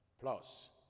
Plus